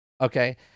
Okay